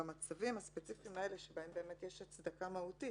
במצבים הספציפיים האלה שבהם יש הצדקה מהותית